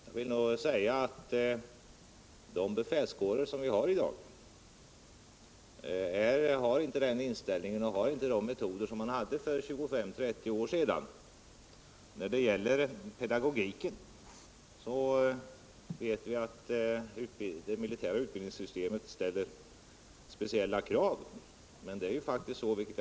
Jag vill påstå att de befälskårer som vi har i dag inte har samma inställning och inte använder samma metoder som man gjorde för 25-30 år sedan. Vi vet att det militära utbildningssystemet ställer speciellt höga krav på pedagogiken.